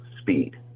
speed